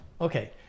okay